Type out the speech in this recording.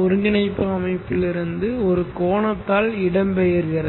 ஒருங்கிணைப்பு அமைப்பிலிருந்து ஒரு கோணத்தால் இடம்பெயர்கிறது